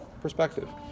perspective